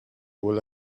will